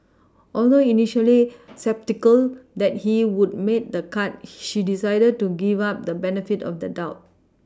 although initially sceptical that he would make the cut she decided to give up the benefit of the doubt